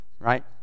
right